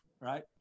right